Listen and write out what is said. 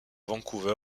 vancouver